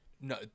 No